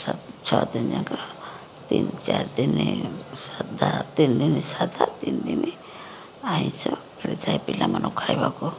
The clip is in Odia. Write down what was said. ଛଅ ଛଅ ଦିନ ଯାକ ତିନ ଚାରି ଦିନ ସାଦା ତିନି ଦିନ ସାଧା ତିନି ଦିନ ଆଇଁଷ ମିଳିଥାଏ ପିଲାମାନଙ୍କୁ ଖାଇବାକୁ